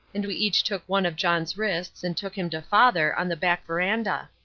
and we each took one of john's wrists and took him to father on the back verandah.